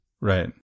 Right